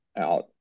out